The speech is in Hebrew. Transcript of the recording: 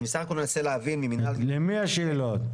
אני בסך הכל מנסה להבין ממינהל התכנון --- למי השאלות?